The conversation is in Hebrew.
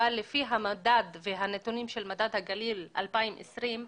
לפי המדד והנתונים של מדד הגליל 2020,